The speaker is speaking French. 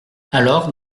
alors